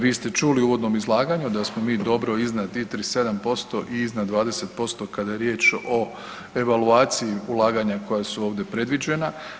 Vi ste čuli u uvodnom izlaganju da smo mi dobro iznad … [[Govornik se ne razumije]] % i iznad 20% kada je riječ o evaluaciji ulaganja koja su ovdje predviđena.